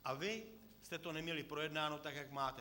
A vy jste to neměli projednáno tak, jak máte.